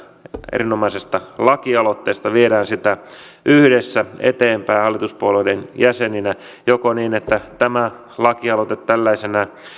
erinomaisesta lakialoitteesta viedään sitä yhdessä eteenpäin hallituspuolueiden jäseninä joko niin että tämä lakialoite tällaisenaan